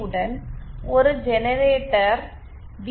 யுடன் ஒரு generator we